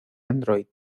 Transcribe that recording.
android